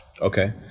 Okay